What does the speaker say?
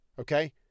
okay